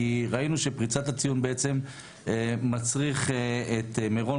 ראינו שפריצת הציון בעצם מצריכה את מירון